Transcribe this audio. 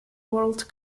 world